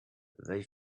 they